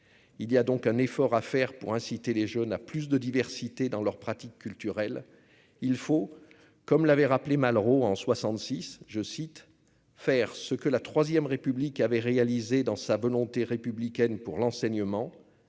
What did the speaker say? il y a donc un effort à faire pour inciter les jeunes à plus de diversité dans leurs pratiques culturelles, il faut, comme l'avait rappelé Malraux en 66, je cite, faire ce que la 3ème République avait réalisé dans sa volonté républicaine pour l'enseignement,